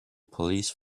police